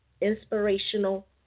inspirational